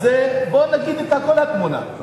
אז בוא נגיד את כל התמונה.